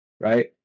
right